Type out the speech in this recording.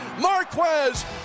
Marquez